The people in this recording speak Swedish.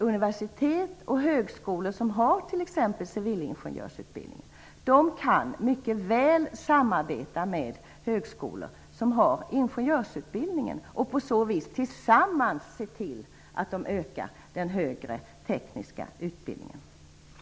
Universitet och högskolor som har t.ex. civilingenjörsutbildning kan mycket väl samarbeta med högskolor som har ingenjörsutbildning och på så vis tillsammans se till att öka den högre tekniska utbildningen.